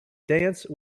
dance